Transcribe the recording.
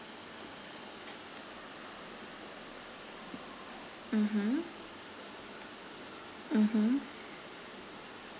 mmhmm mmhmm